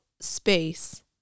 space